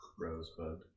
Rosebud